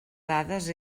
dades